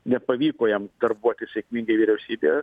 nepavyko jam darbuotis sėkmingai vyriausybėje